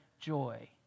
joy